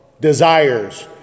desires